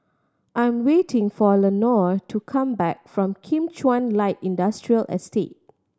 I'm waiting for Lenore to come back from Kim Chuan Light Industrial Estate